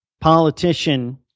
politician